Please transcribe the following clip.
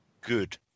Good